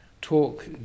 talk